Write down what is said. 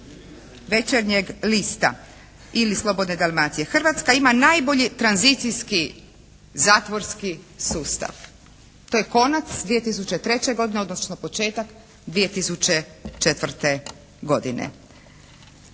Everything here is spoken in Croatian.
"Večernjeg lista" ili "Slobodne Dalmacije". Hrvatska ima najbolji tranzicijski zatvorski sustav. To je konac 2003. godine, odnosno početak 2004. godine.